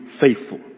faithful